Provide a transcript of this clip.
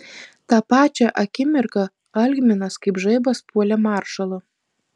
tą pačią akimirką algminas kaip žaibas puolė maršalą